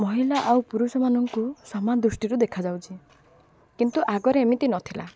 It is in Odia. ମହିଳା ଆଉ ପୁରୁଷମାନଙ୍କୁ ସମାନ ଦୃଷ୍ଟିରୁ ଦେଖାଯାଉଛି କିନ୍ତୁ ଆଗରେ ଏମିତି ନଥିଲା